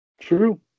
True